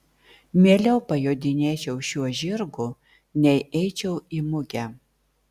mieliau pajodinėčiau šiuo žirgu nei eičiau į mugę